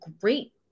great